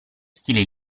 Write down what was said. stile